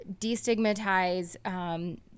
destigmatize